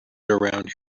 around